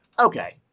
Okay